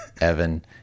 Evan